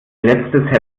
letztes